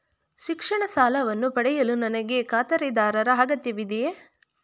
ಶಿಕ್ಷಣ ಸಾಲವನ್ನು ಪಡೆಯಲು ನನಗೆ ಖಾತರಿದಾರರ ಅಗತ್ಯವಿದೆಯೇ?